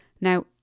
Now